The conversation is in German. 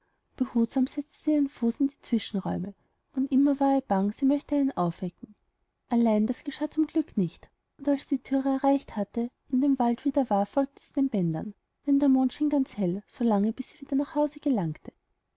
setzte sie immer ihren fuß in die zwischenräume und immer war ihr bang sie möchte einen aufwecken allein es geschah zum glück nicht und als sie die thüre erreicht hatte und in dem wald wieder war folgte sie den bändern denn der mond schien ganz hell so lange bis sie wieder nach haus gelangte